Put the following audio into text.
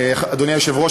אדוני היושב-ראש,